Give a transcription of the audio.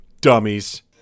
Dummies